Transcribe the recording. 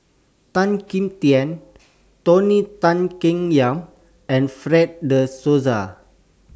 Tan Kim Tian Tony Tan Keng Yam and Fred De Souza